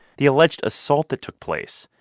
the alleged assault that took place,